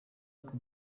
barack